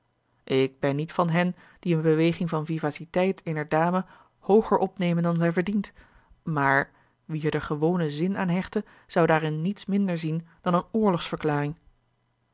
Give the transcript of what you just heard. ik ben niet van hen die eene beweging van vivaciteit eener dame hooger opnemen dan zij verdiend maar wie er den gewonen zin aan hechtte zou daarin niets minder zien dan eene